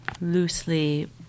loosely